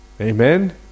Amen